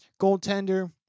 Goaltender